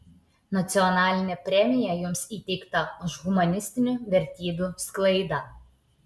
nacionalinė premija jums įteikta už humanistinių vertybių sklaidą